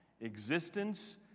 existence